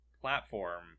platform